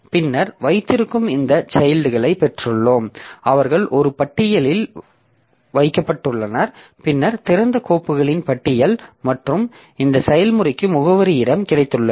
பின்னர் வைத்திருக்கும் இந்த சைல்ட்களை பெற்றுள்ளோம் அவர்கள் ஒரு பட்டியலில் வைக்கப்பட்டுள்ளனர் பின்னர் திறந்த கோப்புகளின் பட்டியல் மற்றும் இந்த செயல்முறைக்கு முகவரி இடம் கிடைத்துள்ளது